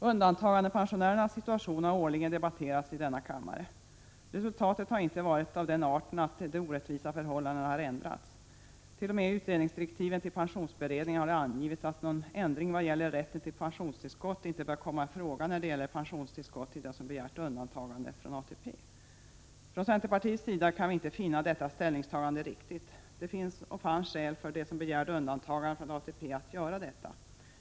Undantagandepensionärernas situation har årligen debatterats i denna kammare. Resultatet har inte varit av den arten att de orättvisa förhållandena har ändrats. T. o. m. i utredningsdirektiven till pensionsberedningen har det angivits att någon ändring vad gäller rätten till pensionstillskott inte bör komma i fråga när det gäller pensionstillskott till dem som begärt undantagande från ATP. Från centerpartiets sida kan vi inte finna detta ställningstagande riktigt. Det finns och fanns skäl för dem som begärde undantagande från ATP att göra detta.